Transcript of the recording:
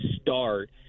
start